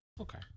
Okay